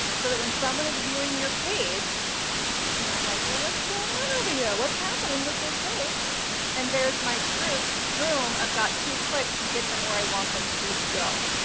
so that when someone is viewing your page and they're like, well, what's going on over here? what's happening with this page and there's my groups boom! i've got two clicks and get them where i want them to go.